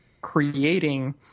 creating